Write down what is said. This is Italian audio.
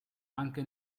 anche